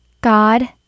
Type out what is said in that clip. God